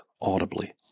audibly